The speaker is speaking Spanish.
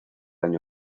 año